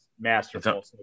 masterful